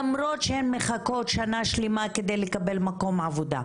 למרות שהן מחכות שנה שלמה על מנת לקבל עבודה,